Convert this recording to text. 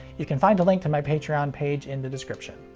you can find a link to my patreon page in the description.